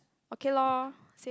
okay lor